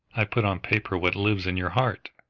i put on paper what lives in your heart.